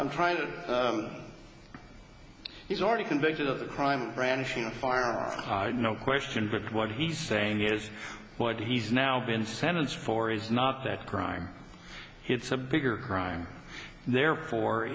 i'm trying to he's already convicted of a crime brandishing a far higher no question but what he's saying is what he's now been sentenced for is not that crime it's a bigger crime therefore